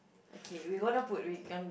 okay we gonna put we